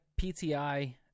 PTI